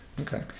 Okay